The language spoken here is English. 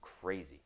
crazy